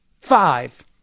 Five